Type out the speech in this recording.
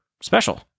special